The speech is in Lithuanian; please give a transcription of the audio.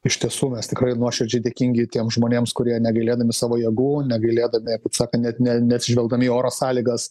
iš tiesų mes tikrai nuoširdžiai dėkingi tiem žmonėms kurie negailėdami savo jėgų negailėdami kaip sakant net ne neatsižvelgdami į oro sąlygas